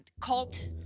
Cult